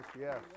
yes